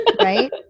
Right